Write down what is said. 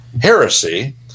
Heresy